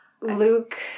Luke